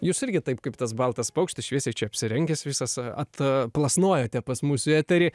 jūs irgi taip kaip tas baltas paukštis šviesiai apsirengęs visas atplasnojote pas mus į eterį